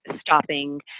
stopping